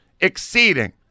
exceeding